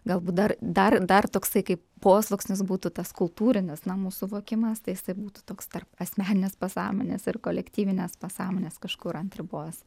galbūt dar dar dar toksai kaip posluoksnis būtų tas kultūrinis namų suvokimas tai jis taip būtų toks tarp asmeninės pasąmonės ir kolektyvinės pasąmonės kažkur ant ribos